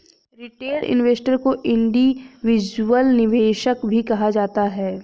retail investor को individual निवेशक भी कहा जाता है